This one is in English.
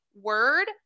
word